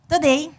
Today